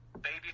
baby